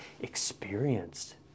experienced